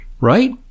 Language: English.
right